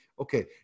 Okay